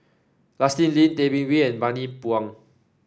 Justin Lean Tay Bin Wee and Bani Buang